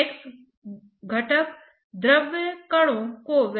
और निश्चित रूप से निरंतरता समीकरण को संतुष्ट करना होगा